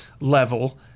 level